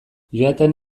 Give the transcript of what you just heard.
joaten